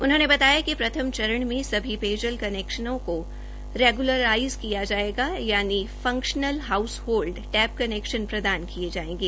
उन्होंने बताया कि प्रथम चरण में सभी पेयजल कनेक्शनों को रेग्लराइज किया जायेगा यानि फंक्शनल हाउसहोल्ड टैप कनेक्शन प्रदान किए जाएंगे